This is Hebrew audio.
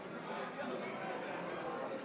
ובשעה 00:15 הולכים לכנס,